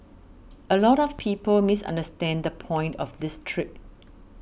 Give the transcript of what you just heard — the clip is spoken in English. a lot of people misunderstand the point of this trip